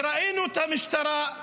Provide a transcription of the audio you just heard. וראינו את המשטרה,